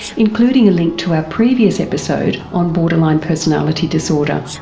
including a link to our previous episode on borderline personality disorder.